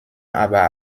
aber